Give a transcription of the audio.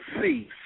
see